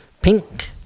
pink